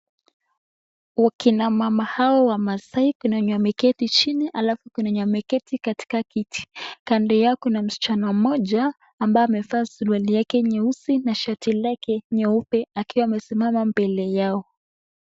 Akina mama hawa wamasai kuna wenye wameketi chini halafu kuna wenye wameketi katika kiti. Kando yao kuna msichana mmoja ambaye amevaa suruali yake nyeusi na shati lake nyeupe akiwa amesimama mbele yao.